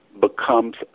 becomes